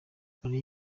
meriam